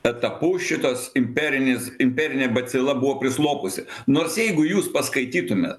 etapu šitas imperinis imperinė bacila buvo prislopusi nors jeigu jūs paskaitytumėt